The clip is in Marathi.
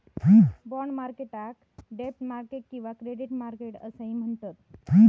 बाँड मार्केटाक डेब्ट मार्केट किंवा क्रेडिट मार्केट असाही म्हणतत